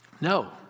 No